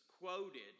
quoted